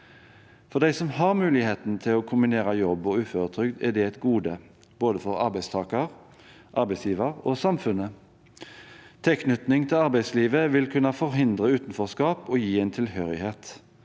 For de som har muligheten til å kombinere jobb og uføretrygd, er det et gode. Det er et gode for både arbeidstaker, arbeidsgiver og samfunn. Tilknytning til arbeidslivet vil kunne forhindre utenforskap og gi en tilhørighet.